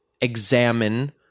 examine